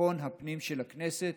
ביטחון הפנים של הכנסת